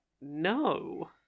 No